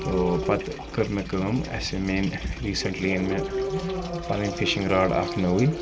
تو پَتہٕ کٔر مےٚ کٲم اَسہِ میٲنۍ ریٖسَنٹلی أنۍ مےٚ پَنٕنۍ فِشِنٛگ راڈ اَکھ نٔوٕی